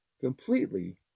completely